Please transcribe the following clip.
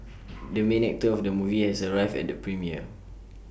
the main actor of the movie has arrived at the premiere